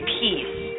peace